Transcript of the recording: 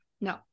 No